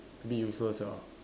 a bit useless lah